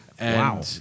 Wow